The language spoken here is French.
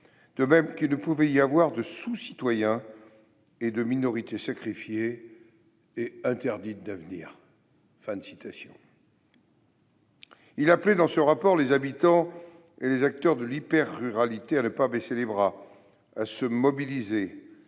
de même qu'il ne peut y avoir de sous-citoyen et de minorité sacrifiée et interdite d'avenir », il appelait dans ce rapport les habitants et les acteurs de l'hyper-ruralité à « ne pas baisser les bras, à se mobiliser,